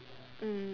mm